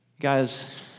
Guys